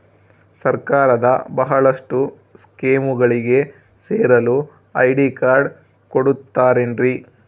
ಸರ್ಕಾರದ ಬಹಳಷ್ಟು ಸ್ಕೇಮುಗಳಿಗೆ ಸೇರಲು ಐ.ಡಿ ಕಾರ್ಡ್ ಕೊಡುತ್ತಾರೇನ್ರಿ?